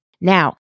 Now